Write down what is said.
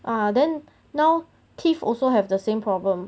ah then now tiff also have the same problem